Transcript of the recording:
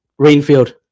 Rainfield